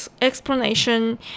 explanation